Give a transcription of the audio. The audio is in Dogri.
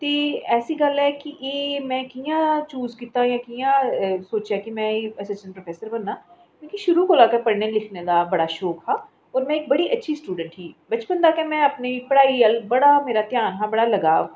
ते ऐसी गल्ल ऐ कि एह् में कि'यां चूज़ कीता कि कि'यां सोचेआ कि में असिसटेंट प्रोफैसर बनना मिगी शूरू कोला गै पढ़ने लिखने दा बड़ा शौक हा होर में इक बड़ी अच्छी स्टूड़ैंट ही बचपन ता गै में अपनी पढ़ाई हल बड़ा धयान हा बड़ा लगाव हा